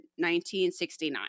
1969